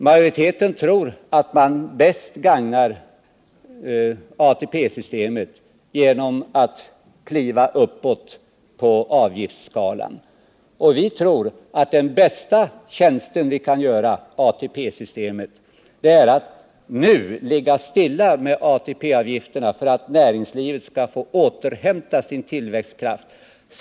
Majoriteten tror att man bäst gagnar ATP-systemet genom att kliva uppåt på avgiftsskalan, och vi tror att den bästa tjänsten vi kan göra ATP-systemet är att nu ligga stilla med avgifterna för att näringslivet skall få återhämta sin tillväxtkraft.